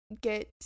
get